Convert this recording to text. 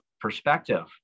perspective